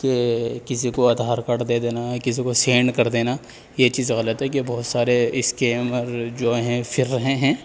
کہ کسی کو آدھار کاڈ دے دینا کسی کو سینڈ کر دینا یہ چیز غلط ہے کہ بہت سارے اسکیمر جو ہیں پھر رہے ہیں